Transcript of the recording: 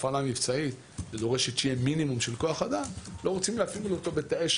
רוב הרשויות המקומיות הערביות שהן פחות מ-10,000,